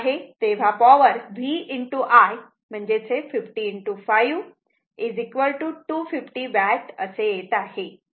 तेव्हा power VI 50 5 250 watt येत आहे